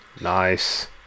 Nice